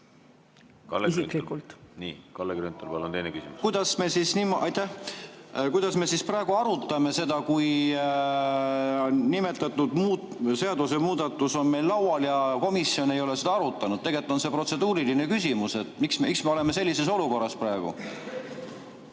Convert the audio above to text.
Kalle Grünthal, palun! Aitäh! Kuidas me siis praegu arutame seda, kui nimetatud seadusemuudatus on meil laual ja komisjon ei ole seda arutanud? Tegelikult on see protseduuriline küsimus, miks me oleme praegu sellises olukorras.